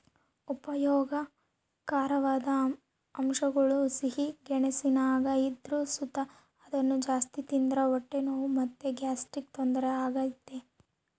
ಉಪಯೋಗಕಾರವಾದ ಅಂಶಗುಳು ಸಿಹಿ ಗೆಣಸಿನಾಗ ಇದ್ರು ಸುತ ಅದುನ್ನ ಜಾಸ್ತಿ ತಿಂದ್ರ ಹೊಟ್ಟೆ ನೋವು ಮತ್ತೆ ಗ್ಯಾಸ್ಟ್ರಿಕ್ ತೊಂದರೆ ಆಗ್ತತೆ